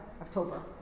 October